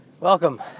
Welcome